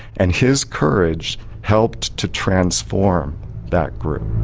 and his courage helped to transform that group.